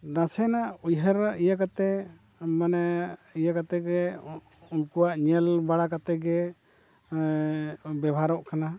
ᱱᱟᱥᱮᱱᱟᱜ ᱩᱭᱦᱟᱹᱨ ᱤᱭᱟᱹ ᱠᱟᱛᱮ ᱢᱟᱱᱮ ᱤᱭᱟᱹ ᱠᱟᱛᱮᱜᱮ ᱩᱱᱠᱩᱭᱟᱜ ᱧᱮᱞ ᱵᱟᱲᱟ ᱠᱟᱛᱮᱜᱮ ᱵᱮᱵᱷᱟᱨᱚᱜ ᱠᱟᱱᱟ